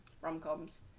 rom-coms